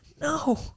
No